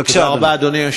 בבקשה, אדוני.